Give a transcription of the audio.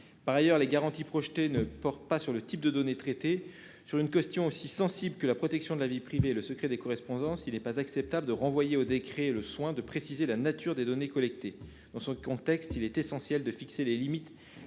Or les garanties prévues à ce stade ne portent pas sur le type de données traitées. S'agissant d'une question aussi sensible que la protection de la vie privée et le secret des correspondances, il n'est pas acceptable de renvoyer à un décret le soin de préciser la nature des données collectées. Il est essentiel de fixer des limites